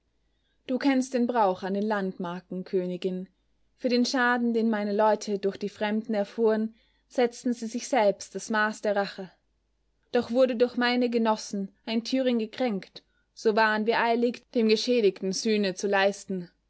du kennst den brauch an den landmarken königin für den schaden den meine leute durch die fremden erfuhren setzten sie sich selbst das maß der rache doch wurde durch meine genossen ein thüring gekränkt so waren wir eilig dem geschädigten sühne zu leisten